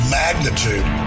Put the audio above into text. magnitude